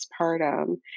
postpartum